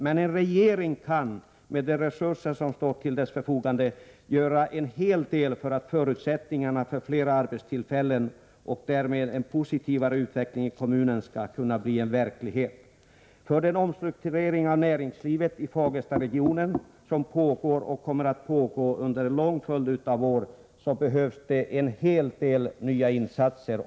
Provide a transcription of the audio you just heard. Men en regering kan, med de resurser som står till dess förfogande, göra en hel del för förutsättningarna för fler arbetstillfällen och för att en mera positiv utveckling i kommunen därmed skall kunna bli en verklighet. I och med den omstrukturering av näringslivet i Fagerstaregionen som pågår, och som kommer att pågå under en lång följd av år, behövs det en hel del nya insatser.